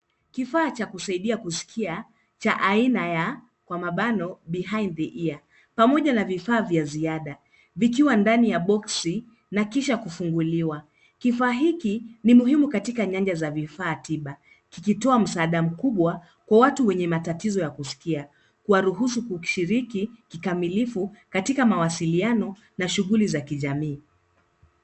Kifaa cha kusaidia kusikia cha aina ya kwa mabano behind the ear pamoja na vifaa vya ziada vikiwa ndani ya boxsi na kisha kufunguliwa. Kifaa hiki ni muhimu katika nyanja za vifaa tiba kikitoa msaada mkubwa kwa watu wenye matatizo ya kusikia kuwaruhusu kushiriki kikamilifu katika mawasiliano na shughuli za kijamii.